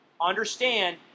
Understand